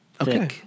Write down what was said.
Okay